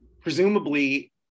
presumably